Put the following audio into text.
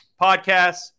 podcasts